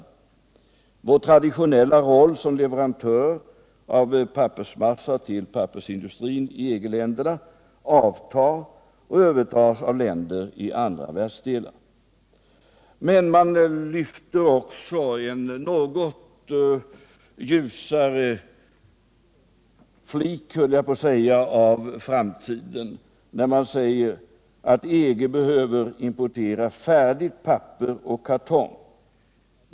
Sveriges traditionella roll som leverantör av pappersmassa till Nr 107 pappersindustrin i EG-länderna minskar och övertas av länder i andra världsdelar. Men man lyfter också en något ljusare flik, höll jag på att säga, av framtiden när man säger att EG behöver importera färdigt papper och kartong.